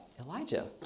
Elijah